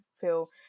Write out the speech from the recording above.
feel